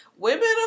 Women